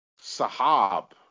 Sahab